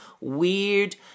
weird